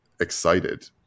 excited